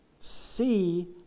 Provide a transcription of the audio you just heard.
see